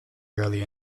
early